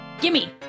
Gimme